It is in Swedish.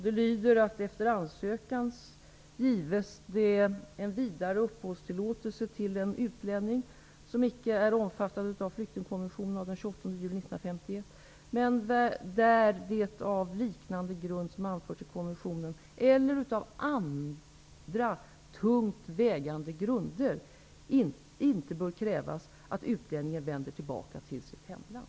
Det lyder: Efter ansökan gives det en vidare uppehållstillåtelse till en utlänning som icke är omfattad av flyktingkonventionen av den 28 juli 1951, men där det av liknande grund som har anförts i konventionen eller utav andra tungt vägande grunder inte bör krävas att utlänningen vänder tillbaka till sitt hemland.